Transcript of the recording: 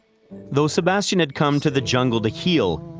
though sebastian had come to the jungle to heal,